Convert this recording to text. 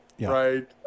right